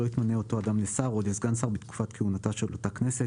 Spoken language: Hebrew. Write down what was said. לא יתמנה אותו אדם לשר או לסגן שר בתקופת כהונתה של אותה כנסת.